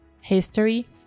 history